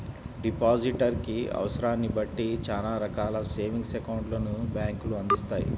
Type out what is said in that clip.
depositor కి అవసరాన్ని బట్టి చానా రకాల సేవింగ్స్ అకౌంట్లను బ్యేంకులు అందిత్తాయి